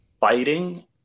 fighting